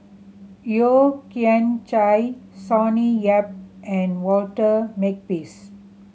Yeo Kian Chai Sonny Yap and Walter Makepeace